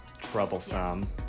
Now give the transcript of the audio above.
troublesome